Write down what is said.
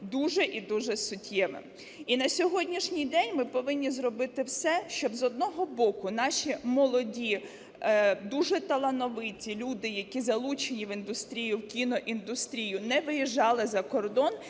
дуже і дуже суттєвим. І на сьогоднішній день ми повинні зробити все, щоб, з одного боку, наші молоді, дуже талановиті люди, які залучені в індустрію, в кіноіндустрію, не виїжджали закордон